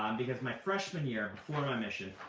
um because my freshman year, before my mission,